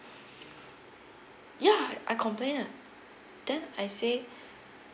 ya I complained lah then I say